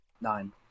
nine